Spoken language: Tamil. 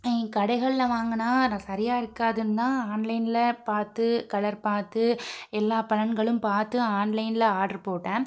கடைகள்ல வாங்குனால் நான் சரியாக இருக்காதுன்னு தான் ஆன்லைன்ல பார்த்து கலர் பார்த்து எல்லா பலன்களும் பார்த்து ஆன்லைன்ல ஆட்ரு போட்டேன்